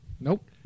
Nope